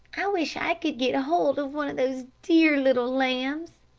i wish i could get hold of one of those dear little lambs,